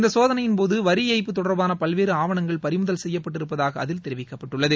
இந்த சோதனையின்போது வரி ஏய்ப்வு தொடர்பான பல்வேறு ஆவணங்கள் பறிமுதல் செய்யப்பட்டிருப்பதாக அதில் தெரிவிக்கப்பட்டுள்ளது